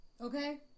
okay